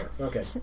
Okay